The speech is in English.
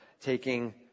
taking